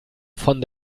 von